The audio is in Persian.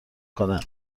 کنه